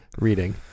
reading